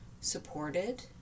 supported